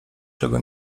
czego